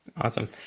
Awesome